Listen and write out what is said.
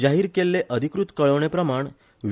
जारि केल्ले अधिकृत कळोवणे प्रमाण वि